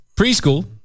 preschool